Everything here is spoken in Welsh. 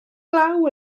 glaw